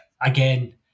again